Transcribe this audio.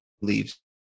leaves